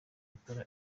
akora